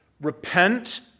Repent